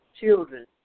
children